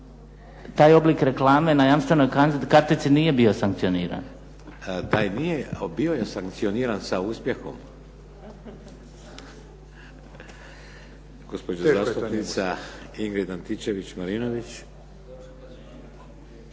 Taj oblik reklame na jamstvenoj kartici nije bio sankcioniran. **Šeks, Vladimir (HDZ)** Taj nije, bio je sankcioniran sa uspjehom. Gospođa zastupnica Ingrid Antičević Marinović.